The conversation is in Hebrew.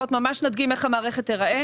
נדגים איך המערכת תיראה